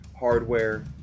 hardware